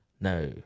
No